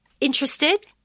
Interested